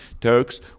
Turks